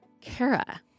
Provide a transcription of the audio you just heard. Kara